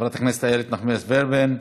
חברת הכנסת איילת נחמיאס ורבין,